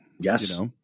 Yes